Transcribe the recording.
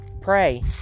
Pray